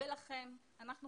לכן אנחנו חושבים,